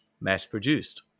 mass-produced